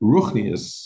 Ruchnius